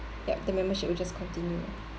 yup the membership will just continue